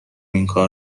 اینکار